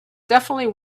definitely